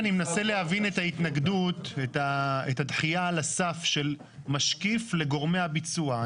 אני מנסה להבין את הדחייה על הסף של משקיף לגורמי הביצוע.